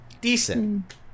Decent